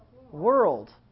world